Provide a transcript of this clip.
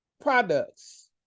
products